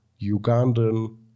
Ugandan